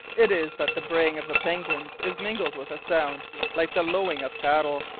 it is that the braying of the penguins is mingled with a sound like the lowing of cattle.